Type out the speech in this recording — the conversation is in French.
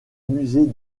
musée